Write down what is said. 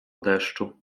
deszczu